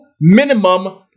minimum